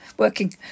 working